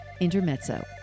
Intermezzo